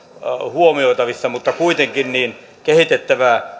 huomioitavissa mutta kuitenkin kehitettävää